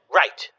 right